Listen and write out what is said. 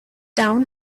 down